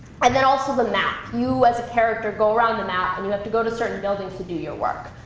and then also the map. you, as a character, go around the map, and you have to go to certain buildings to do your work.